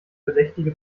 verdächtige